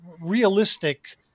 realistic